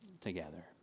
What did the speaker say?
together